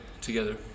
together